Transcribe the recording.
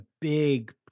big